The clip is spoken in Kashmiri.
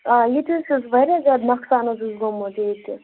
آ ییٚتہِ حظ چھِ واریاہ زیادٕ نۄقصان حظ اوس گوٚمُت ییٚتہِ